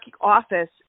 office